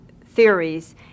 theories